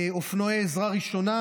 אופנועי עזרה ראשונה,